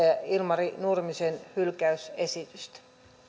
ilmari nurmisen hylkäysesitystä